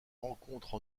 rencontrent